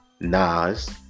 Nas